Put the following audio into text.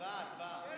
אפשר להצביע.